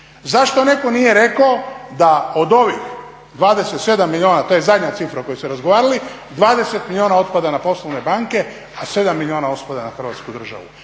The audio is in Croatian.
Zašto netko nije rekao da od ovih 27 milijuna, to je zadnja cifra o kojoj ste razgovarali, 20 milijuna otpada na poslovne banke, a 7 milijuna otpada na Hrvatsku državu